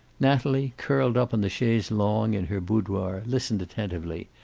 natalie, curled up on the chaise longue in her boudoir, listened attentively,